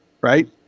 right